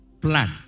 Plan